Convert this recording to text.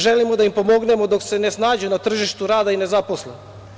Želimo da im pomognemo dok se ne snađu na tržištu rada i ne zaposle.